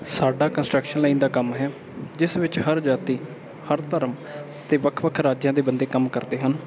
ਸਾਡਾ construction line ਦਾ ਕੰਮ ਹੈ ਜਿਸ ਵਿੱਚ ਹਰ ਜਾਤੀ ਹਰ ਧਰਮ ਅਤੇ ਵੱਖ ਵੱਖ ਰਾਜਾਂ ਦੇ ਬੰਦੇ ਕੰਮ ਕਰਦੇ ਹਨ